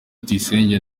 tuyisenge